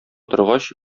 торгач